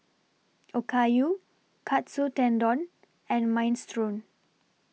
Okayu Katsu Tendon and Minestrone